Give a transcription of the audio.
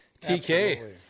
tk